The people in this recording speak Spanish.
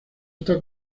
está